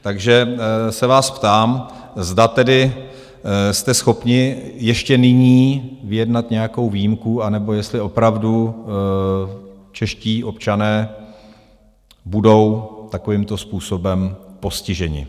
Takže se vás ptám, zda tedy jste schopni ještě nyní vyjednat nějakou výjimku, anebo jestli opravdu čeští občané budou takovýmto způsobem postiženi.